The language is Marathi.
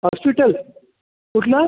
हॉस्पिटल कुठलं